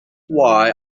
why